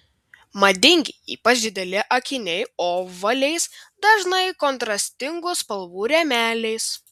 madingi ypač dideli akiniai ovaliais dažnai kontrastingų spalvų rėmeliais